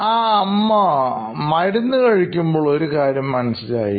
ആ അമ്മ മരുന്നു കഴിക്കുമ്പോൾ ഒരു കാര്യം മനസ്സിലായി